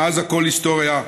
מאז הכול היסטוריה,